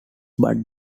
but